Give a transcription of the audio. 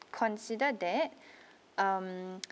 consider that um